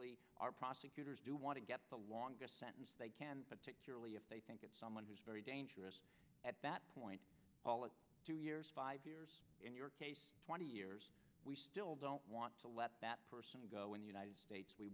y our prosecutors do want to get the longest sentence they can but securely if they think it's someone who is very dangerous at that point two years five years in your case twenty years we still don't want to let that person go in the united states we